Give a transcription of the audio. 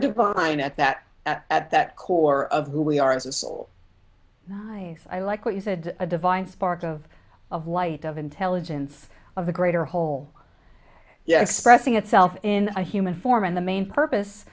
divine at that at that core of who we are as a soul i like what you said a divine spark of of light of intelligence of a greater whole yeah expressing itself in a human form and the main purpose